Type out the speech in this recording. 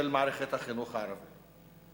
של מערכת החינוך הערבית.